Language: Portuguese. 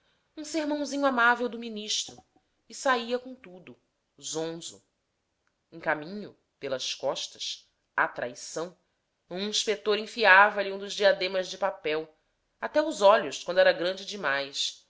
um sermãozinho amável do ministro e saia com tudo zonzo em caminho pelas costas à traição um inspetor enfiava-lhe um dos diademas de papel até os olhos quando era grande demais